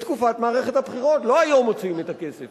בתקופת מערכת הבחירות, לא היום מוציאים את הכסף.